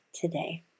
today